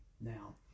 Now